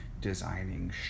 designing